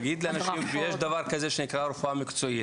להגיד לאנשים שיש דבר כזה שנקרא רפואה מקצועית